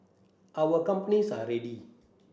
all our companies are ready